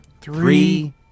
three